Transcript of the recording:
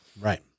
Right